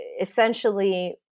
essentially